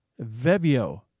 VeVio